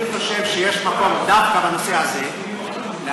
אני חושב שיש מקום דווקא בנושא הזה להביא